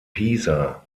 pisa